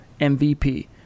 MVP